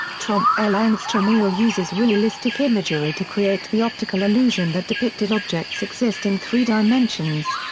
trompe-l'oeil and trompe-l'oeil uses realistic imagery to create the optical illusion that depicted objects exist in three dimensions.